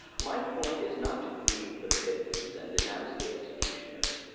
my point is not to grieve for the victims and denounce the executioners.